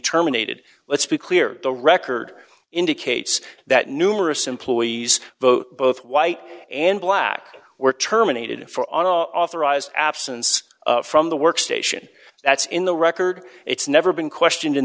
terminated let's be clear the record indicates that numerous employees both both white and black were terminated for authorised absence from the work station that's in the record it's never been questioned in